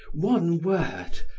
one word,